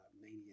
mania